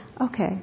okay